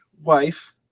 wife